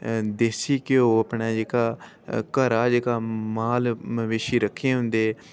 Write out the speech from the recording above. देसी ध्योऽ जेह्का घरा जेह्का माल मवेशी रक्खे दे होंदे